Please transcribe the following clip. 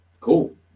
cool